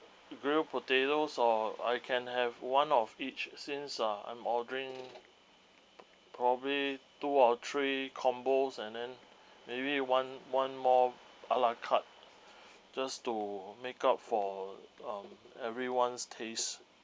grilled potatoes or I can have one of each since ah I'm ordering probably two or three combos and then maybe one one more ala carte just to make up for um everyone's tastes